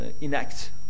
enact